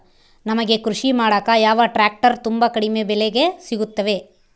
ನಮಗೆ ಕೃಷಿ ಮಾಡಾಕ ಯಾವ ಟ್ರ್ಯಾಕ್ಟರ್ ತುಂಬಾ ಕಡಿಮೆ ಬೆಲೆಗೆ ಸಿಗುತ್ತವೆ?